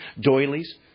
doilies